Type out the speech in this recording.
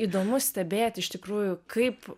įdomu stebėti iš tikrųjų kaip